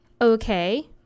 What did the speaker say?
okay